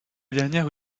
dernière